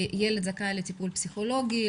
ילד זכאי לטיפול פסיכולוגי,